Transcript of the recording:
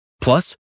Plus